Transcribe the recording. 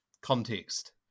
context